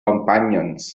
companions